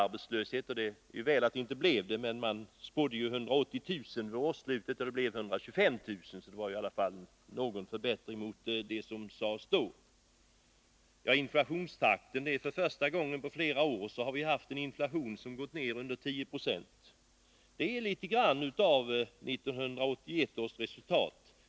Man spådde att det skulle vara 180 000 arbetslösa vid årsslutet, och det blev 125 000, så det blev i alla fall bättre än vad man trodde. Vidare har vi för första gången på flera år haft en inflation som gått ner under 10 96.